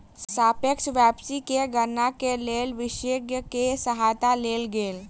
सापेक्ष वापसी के गणना के लेल विशेषज्ञ के सहायता लेल गेल